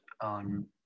on